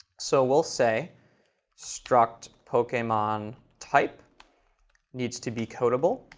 so we'll say struct pokemon type needs to be codeable.